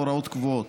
להוראות קבועות.